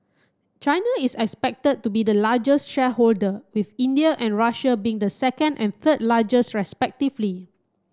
China is expected to be the largest shareholder with India and Russia being the second and third largest respectively